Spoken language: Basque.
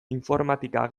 informatika